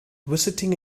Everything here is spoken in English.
visiting